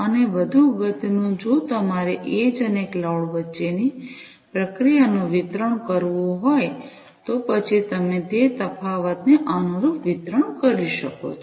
અને વધુ અગત્યનું જો તમારે એડ્જ અને ક્લાઉડ વચ્ચે પ્રક્રિયાનું વિતરણ કરવું હોય તો પછી તમે તે તફાવત અને અનુરૂપ વિતરણ કેવી રીતે કરશો